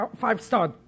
five-star